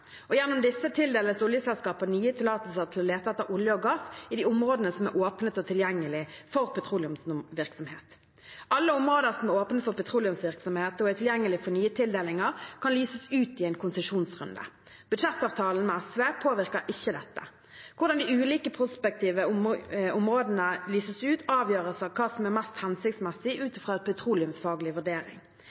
Gjennom disse tildeles oljeselskaper nye tillatelser til å lete etter olje og gass i de områdene som er åpnet og tilgjengelig for petroleumsvirksomhet. Alle områder som er åpnet for petroleumsvirksomhet og er tilgjengelig for nye tildelinger, kan lyses ut i en konsesjonsrunde. Budsjettavtalen med SV påvirker ikke dette. Hvordan de ulike prospektive områdene lyses ut, avgjøres av hva som er mest hensiktsmessig ut fra en petroleumsfaglig vurdering.